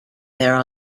there